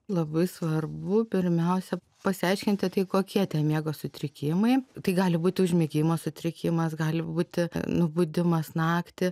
labai svarbu pirmiausia pasiaiškinti kokie tie miego sutrikimai tai gali būti užmigimo sutrikimas gali būti nubudimas naktį